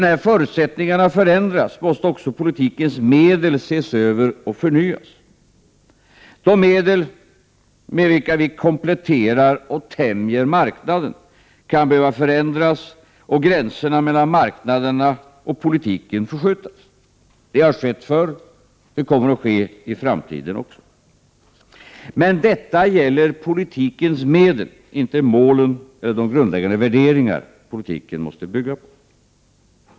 När förutsättningarna förändras, måste också politikens medel ses över och förnyas. De medel, med vilka vi kompletterar och tämjer marknaden, kan behöva förändras, och gränserna mellan marknaderna och politiken förskjutas. Det har skett förr, och det kommer att ske också i framtiden. Men detta gäller politikens medel, inte målen eller de grundläggande värderingar som politiken måste bygga på.